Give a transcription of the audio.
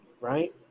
Right